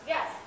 Yes